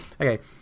Okay